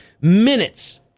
minutes